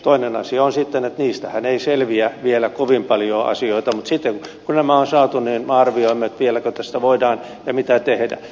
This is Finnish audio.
toinen asia on sitten että niistähän ei selviä vielä kovin paljoa asioita mutta sitten kun nämä on saatu niin me arvioimme vieläkö tässä voidaan ja mitä tehdä